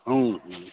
हूँ